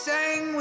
Sang